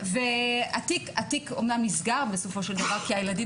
התיק אומנם נסגר בסופו של דבר כי הילדים